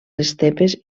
estepes